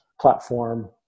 platform